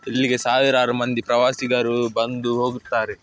ಇಲ್ಲಿಗೆ ಸಾವಿರಾರು ಮಂದಿ ಪ್ರವಾಸಿಗರು ಬಂದು ಹೋಗುತ್ತಾರೆ